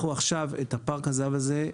אנחנו מעמידים עכשיו את פארק הזה"ב